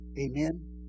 Amen